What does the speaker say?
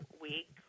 week